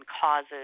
causes